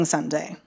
Sunday